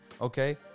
Okay